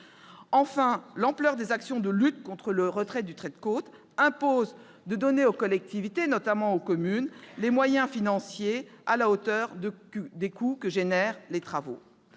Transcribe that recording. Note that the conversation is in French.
Enfin, l'ampleur des actions de lutte contre le retrait du trait de côte impose de donner aux collectivités, notamment aux communes, des moyens financiers à la hauteur des coûts de ces travaux.